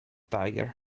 tiger